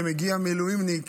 ומגיע מילואימניק